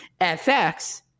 FX